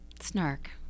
Snark